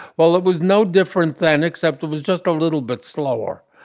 well it was no different than, except it was just a little bit slower,